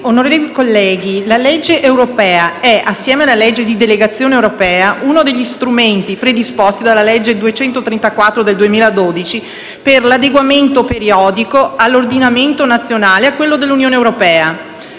onorevoli colleghi, la legge europea è, assieme alla legge di delegazione europea, uno dei due strumenti predisposti dalla legge n. 234 del 2012 per l'adeguamento periodico dell'ordinamento nazionale a quello dell'Unione europea.